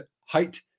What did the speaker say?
height